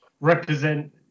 represent